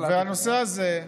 והנושא הזה הוא